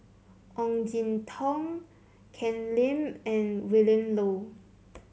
Ong Jin Teong Ken Lim and Willin Low